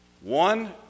one